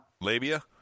Labia